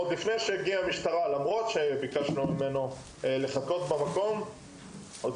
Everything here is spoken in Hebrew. הזמנו משטרה וביקשנו ממנו לחכות במקום אך הוא עזב